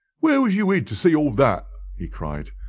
where was you hid to see all that? he cried.